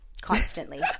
constantly